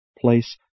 place